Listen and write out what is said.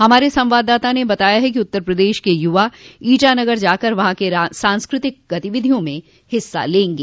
हमारे संवाददाता ने बताया है कि उत्तर प्रदेश के युवा ईटानगर जाकर वहां सांस्कृतिक गतिविधियों म हिस्सा लेंगे